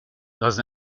dans